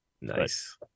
Nice